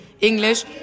English